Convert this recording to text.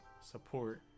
support